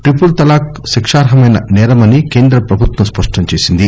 triple talaq శిక్షార్హమైన సేరమని కేంద్ర ప్రభుత్వం స్పష్టం చేసింది